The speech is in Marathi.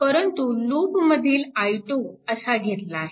परंतु लूपमधील i2 असा घेतला आहे